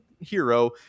hero